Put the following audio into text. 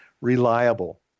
reliable